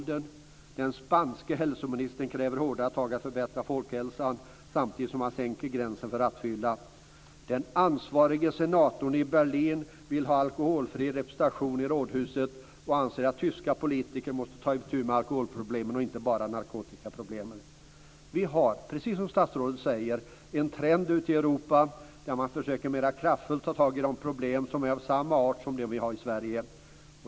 Den spanske hälsoministern kräver hårdare tag för att förbättra folkhälsan, samtidigt som man sänker gränsen för rattfyllan. Den ansvarige senatorn i Berlin vill ha alkoholfri representation i rådhuset och anser att tyska politiker måste ta itu med alkoholproblemen och inte bara narkotikaproblemen. Vi har, precis som statsrådet säger, en trend ute i Europa där man mera kraftfullt försöker ta itu med de problem som är av samma art som de vi har i Sverige.